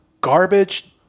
garbage